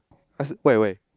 ask why why